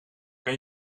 kan